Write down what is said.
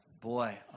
boy